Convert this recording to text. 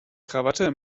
krawatte